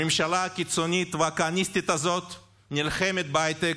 הממשלה הקיצונית והכהניסטית הזאת נלחמת בהייטק,